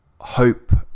hope